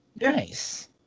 Nice